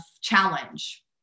challenge